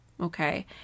Okay